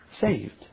saved